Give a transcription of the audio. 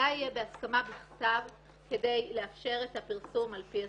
די יהיה בהסכמה בכתב כדי לאפשר את הפרסום על פי הסעיף.